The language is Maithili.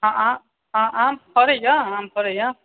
हॅं आ हाॅं आम फड़ै यऽ आम फड़ै यऽ